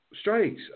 strikes